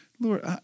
Lord